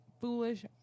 foolish